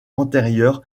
antérieurs